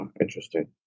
interesting